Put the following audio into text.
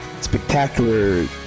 spectacular